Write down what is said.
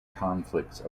conflicts